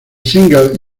single